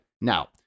Now